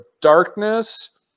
darkness